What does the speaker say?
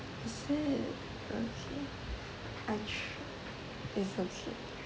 is it okay I it's okay